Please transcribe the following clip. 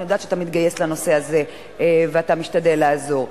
אני יודעת שאתה מתגייס לנושא הזה ואתה משתדל לעזור.